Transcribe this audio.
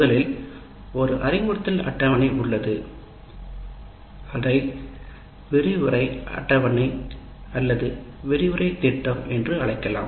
முதலில் ஒரு அறிவுறுத்தல் அட்டவணை உள்ளது அதை விரிவுரை அட்டவணை அல்லது விரிவுரை திட்டம் என்று அழைக்கலாம்